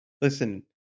Listen